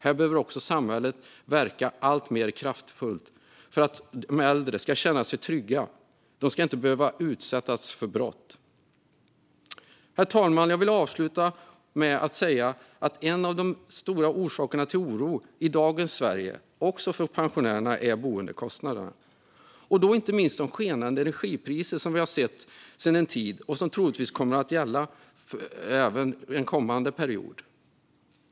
Här behöver samhället verka alltmer kraftfullt för att de äldre ska känna sig trygga. De ska inte utsättas för brott. Herr talman! En av de stora orsakerna till oro i dagens Sverige, också för pensionärerna, är boendekostnaderna, och det gäller inte minst de skenande energipriser som vi har sett sedan en tid tillbaka och som troligtvis kommer att gälla även för en kommande period.